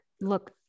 look